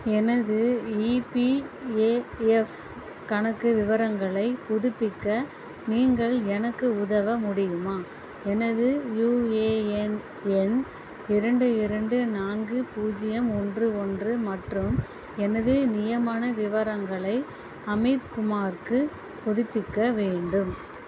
எனது இபிஏஎஃப் கணக்கு விவரங்களை புதுப்பிக்க நீங்கள் எனக்கு உதவ முடியுமா எனது யுஏஎன் எண் இரண்டு இரண்டு நான்கு பூஜ்யம் ஒன்று ஒன்று மற்றும் எனது நியமன விவரங்களை அமித் குமாருக்கு புதுப்பிக்க வேண்டும்